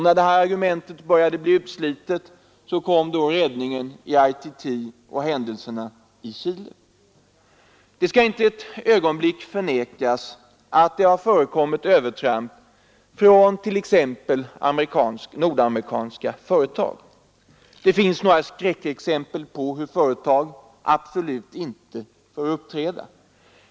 När detta argument började bli slitet kom då räddningen i form av ITT och händelserna i Chile. Det skall inte ett ögonblick förnekas att det har förekommit övertramp från t.ex. nordamerikanska företag. Det finns några skräckexempel på hur företag absolut inte får uppträda.